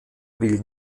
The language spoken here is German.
will